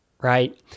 right